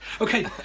Okay